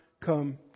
come